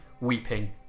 weeping